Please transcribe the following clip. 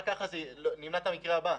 רק כך נמנע את המקרה הבא,